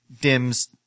dims